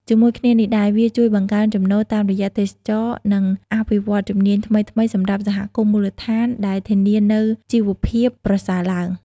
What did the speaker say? ជាមួយគ្នានេះដែរ វាជួយ បង្កើនចំណូល តាមរយៈទេសចរណ៍ និង អភិវឌ្ឍន៍ជំនាញ ថ្មីៗសម្រាប់សហគមន៍មូលដ្ឋាន ដែលធានានូវជីវភាពប្រសើរឡើង។